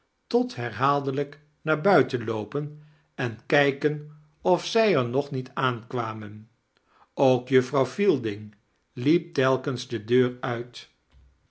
tot herhaaldelijk naar buiten loopen en kijken of zij er nog niet aankwamen ook juffrouw fielding liep telkens de deur uit